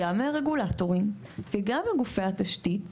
גם מהרגולטורים וגם מגופי התשתית,